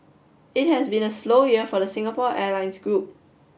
it has been a slow year for the Singapore Airlines group